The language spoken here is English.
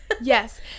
yes